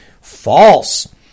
False